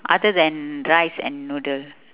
other than rice and noodle